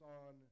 on